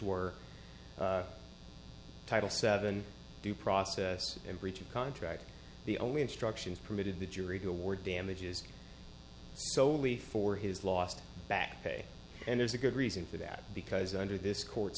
were title seven due process and breach of contract the only instructions permitted the jury toward damages solely for his last back pay and there's a good reason for that because under this court